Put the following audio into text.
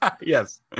Yes